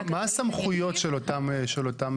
הכלכלית אני אגיד --- מה הסמכויות של אותן סיירות?